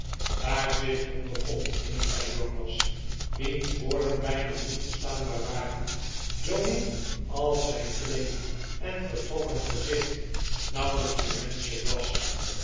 daar zit honderd pond in zei jonas wiens woorden bijna niet verstaanbaar waren zoomin als zijn week en vertrokken gezicht nauwelijks meer menschelijk was